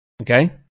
okay